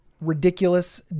ridiculous